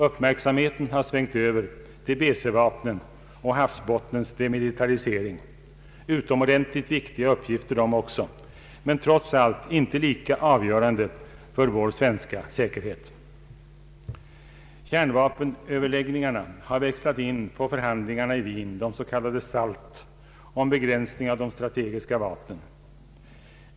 Uppmärksamheten har svängt över till BC-vapnen och havsbottnens demilitarisering, utomordentligt viktiga uppgifter de också, men trots allt inte lika avgörande för vår svenska säkerhet. Kärnvapenöverläggningarna har växlat in på förhandlingarna i Wien, de s.k. SALT, om begränsning av de strategiska vapnen.